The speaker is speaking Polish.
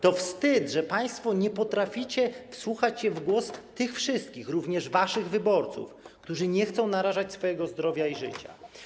To wstyd, że państwo nie potraficie wsłuchać się w głos tych wszystkich, również waszych, wyborców, którzy nie chcą narażać swojego zdrowia i życia.